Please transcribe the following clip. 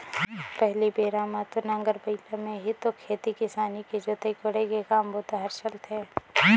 पहिली बेरा म तो नांगर बइला में ही तो खेती किसानी के जोतई कोड़ई के काम बूता हर चलथे